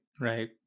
right